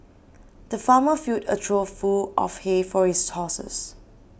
the farmer filled a trough full of hay for his horses